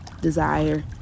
desire